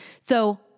So-